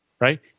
right